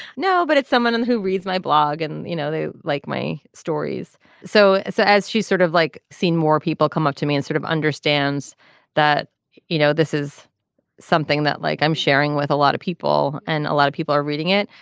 no but it's someone and who reads my blog and you know they like me stories so. so as she's sort of like seen more people come a to me in sort of understands that you know this is something that like i'm sharing with a lot of people and a lot of people are reading it.